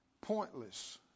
pointless